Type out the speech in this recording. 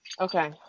Okay